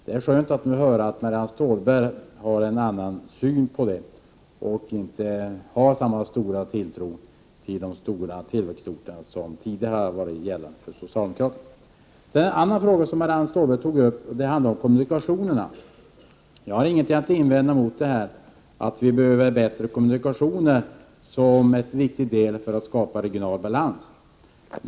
Det är skönt att höra att Marianne Stålberg nu har en annan syn på detta och inte längre har samma tilltro till de stora tillväxtorterna som socialdemokraterna tidigare har haft. En annan fråga som Marianne Stålberg tog upp handlade om kommunikationerna. Jag har ingenting att invända mot påståendet att vi behöver bättre kommunikationer som en viktig del i strävandena till bättre balans.